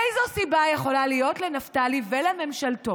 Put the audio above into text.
איזו סיבה יכולה להיות לנפתלי ולממשלתו,